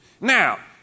Now